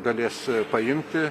galės paimti